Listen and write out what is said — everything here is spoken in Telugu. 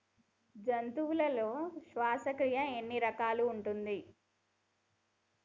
జంతువులలో శ్వాసక్రియ ఎన్ని రకాలు ఉంటది?